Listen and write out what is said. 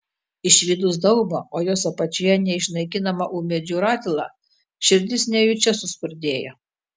išvydus daubą o jos apačioje neišnaikinamą ūmėdžių ratilą širdis nejučia suspurdėjo